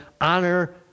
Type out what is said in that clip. honor